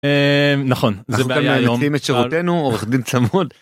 נכון זה בעיה היום.. את שירותינו עורך דין צמוד.